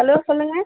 hello சொல்லுங்கள்